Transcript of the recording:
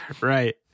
Right